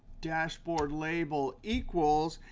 dashboard label equals.